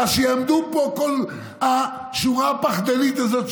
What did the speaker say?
אז שיעמדו פה כל השורה הפחדנית הזאת,